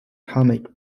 comic